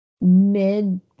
mid